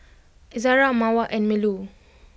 Izara Mawar and Melur